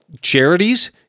Charities